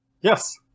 yes